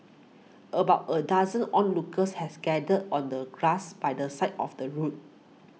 about a dozen onlookers has gathered on the grass by the side of the road